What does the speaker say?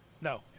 No